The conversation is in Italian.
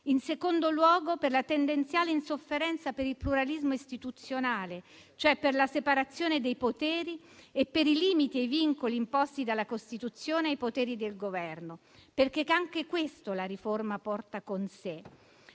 in secondo luogo, per la tendenziale insofferenza per il pluralismo istituzionale, e cioè per la separazione dei poteri e per i limiti e i vincoli imposti dalla Costituzione ai poteri del Governo. Anche questo, infatti, la riforma porta con sé.